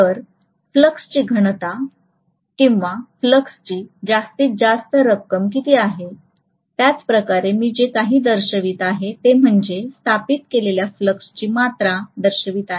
तर फ्लक्सची घनता किंवा फ्लक्सची जास्तीत जास्त रक्कम किती आहे त्याच प्रकारे मी जे काही दर्शवित आहे ते म्हणजे स्थापित केलेल्या फ्लक्सची मात्रा दर्शवित आहे